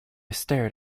stared